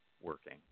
working